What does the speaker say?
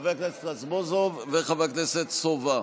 חבר הכנסת רזבוזוב וחבר הכנסת סובה.